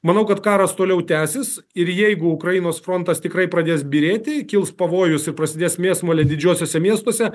manau kad karas toliau tęsis ir jeigu ukrainos frontas tikrai pradės byrėti kils pavojus ir prasidės mėsmalė didžiuosiuose miestuose